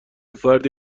فردی